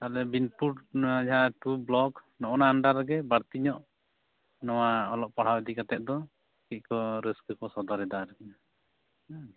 ᱟᱞᱮ ᱵᱤᱱᱯᱩᱨ ᱱᱚᱣᱟ ᱡᱟᱦᱟᱸ ᱴᱩ ᱵᱞᱚᱠ ᱚᱱᱟ ᱟᱱᱰᱟᱨ ᱨᱮᱜᱮ ᱵᱟᱹᱲᱛᱤ ᱧᱚᱜ ᱱᱚᱣᱟ ᱚᱞᱚᱜ ᱯᱟᱲᱦᱟᱣ ᱤᱫᱤ ᱠᱟᱛᱮᱫ ᱫᱚ ᱪᱮᱫ ᱠᱚ ᱨᱟᱹᱥᱠᱟᱹ ᱠᱚ ᱥᱚᱫᱚᱨᱮᱫᱟ ᱟᱨᱠᱤ